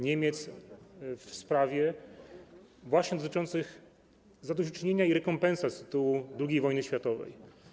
Niemiec w sprawie właśnie dotyczącej zadośćuczynienia i rekompensat z tytułu II wojny światowej.